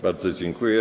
Bardzo dziękuję.